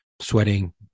sweating